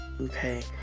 okay